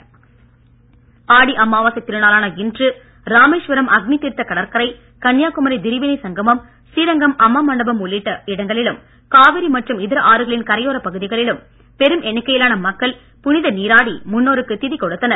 ஆடி அமாவாசை ஆடி அமாவாசை திருநாளான இன்று ராமேஸ்வரம் அக்னி தீர்த்த கடற்கரை கன்னியாகுமரி திரிவேணி சங்கமம் ஸ்ரீரங்கம் அம்மா மண்டபம் உள்ளிட்ட இடங்களிலும் காவிரி மற்றும் இதர ஆறுகளின் கரையோரப் பகுதிகளிலும் பெரும் எண்ணிக்கையிலான மக்கள் புனித நீராடி முன்னோருக்கு திதி கொடுத்தனர்